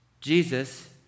Jesus